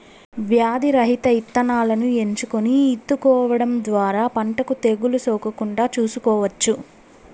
వ్యాధి రహిత ఇత్తనాలను ఎంచుకొని ఇత్తుకోవడం ద్వారా పంటకు తెగులు సోకకుండా చూసుకోవచ్చు